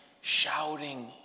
shouting